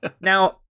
Now